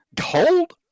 Hold